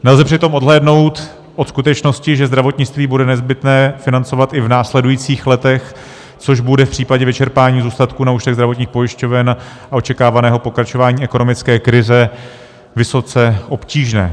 Nelze přitom odhlédnout od skutečnosti, že zdravotnictví bude nezbytné financovat i v následujících letech, což bude v případě vyčerpání zůstatku na účtech zdravotních pojišťoven a očekávaného pokračování ekonomické krize vysoce obtížné.